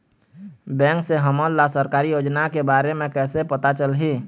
Bank से हमन ला सरकारी योजना के बारे मे कैसे पता चलही?